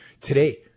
today